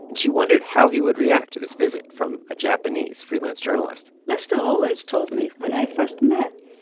and she wondered how he would react to this visit from a japanese freelance journalist lester always told me when i first met,